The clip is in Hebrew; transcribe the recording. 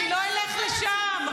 אני לא אלך לשם.